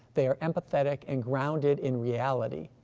they are empathetic and grounded in reality,